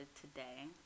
today